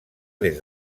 des